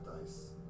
dice